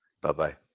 Bye-bye